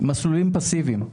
מסלולים פאסיביים.